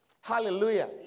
hallelujah